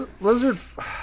Lizard